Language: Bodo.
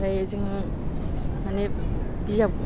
ओमफ्राय जों माने बिजाब